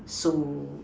so